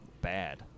bad